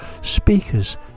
Speakers